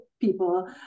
people